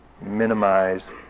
Minimize